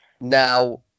Now